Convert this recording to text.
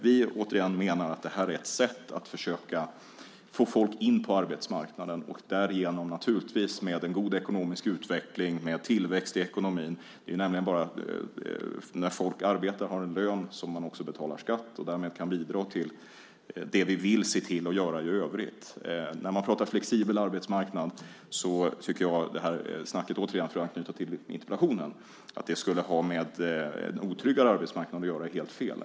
Vi återigen menar att det här är ett sätt att försöka få folk in på arbetsmarknaden och därigenom naturligtvis få en god ekonomisk utveckling med tillväxt i ekonomin. Det är nämligen bara när folk arbetar och har en lön som de också betalar skatt och därmed kan bidra till det vi vill se till att göra i övrigt. När man pratar flexibel arbetsmarknad tycker jag att det här snacket, för att anknyta till interpellationen, att det skulle ha med en otryggare arbetsmarknad att göra är helt fel.